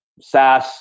SaaS